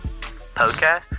Podcast